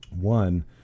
One